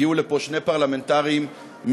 הגיעו לפה שני פרלמנטרים מטורקיה,